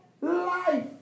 life